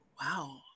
Wow